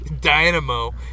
dynamo